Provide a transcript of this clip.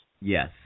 Yes